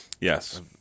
Yes